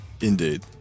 Indeed